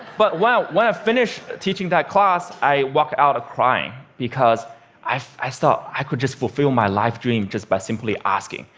but wow when i finished teaching that class, i walked out crying, because i thought i could fulfill my life dream just by simply asking.